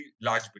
large